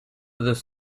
this